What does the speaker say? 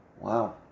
Wow